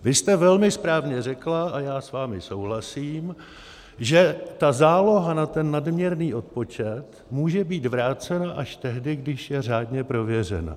Vy jste velmi správně řekla a já s vámi souhlasím že ta záloha na nadměrný odpočet může být vrácena až tehdy, když je řádně prověřena.